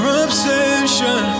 obsession